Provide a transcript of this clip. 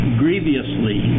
grievously